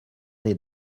des